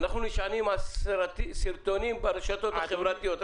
אנחנו נשענים על סרטונים ברשתות החברתיות.